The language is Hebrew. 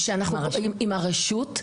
עם הרשות.